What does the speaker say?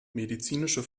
medizinische